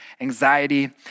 anxiety